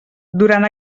durant